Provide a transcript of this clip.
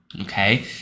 Okay